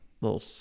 little